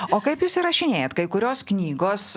o kaip jūs čia įrašinėjat kai kurios knygos